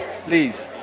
Please